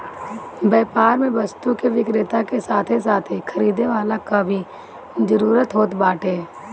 व्यापार में वस्तु के विक्रेता के साथे साथे खरीदे वाला कअ भी जरुरत होत बाटे